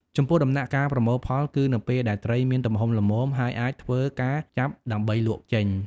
ចំពោះដំណាក់កាលប្រមូលផល គឺនៅពេលដែលត្រីមានទំហំល្មម ហើយអាចធ្វើការចាប់ដើម្បីលក់ចេញ។